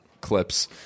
clips